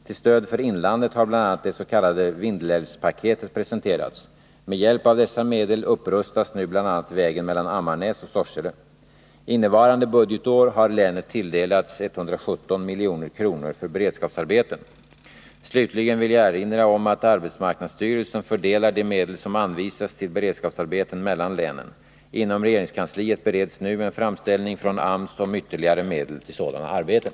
Till stöd för inlandet har bl.a. dets.k. Vindelälvspaketet presenterats. Med hjälp av dessa medel upprustas nu bl.a. vägen mellan Ammarnäs och Sorsele. Innevarande budgetår har länet tilldelats 117 milj.kr. för beredskapsarbeten. Slutligen vill jag erinra om att arbetsmarknadsstyrelsen fördelar de medel som anvisas till beredskapsarbeten mellan länen. Inom regeringskansliet bereds nu en framställning från AMS om ytterligare medel till sådana arbeten.